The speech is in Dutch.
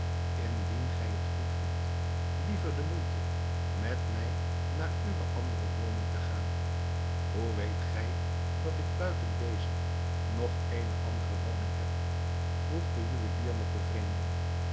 indien gij het goedvindt liever de moeite met mij naar uwe andere woning te gaan hoe weet gij dat ik buiten deze nog eene andere woning heb vroeg de juwelier met